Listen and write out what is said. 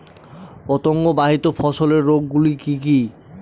পতঙ্গবাহিত ফসলের রোগ গুলি কি কি?